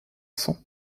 sang